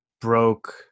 broke